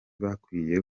bakwiye